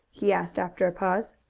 he asked after a pause.